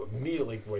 immediately